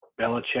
Belichick